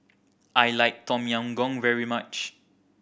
I like Tom Yam Goong very much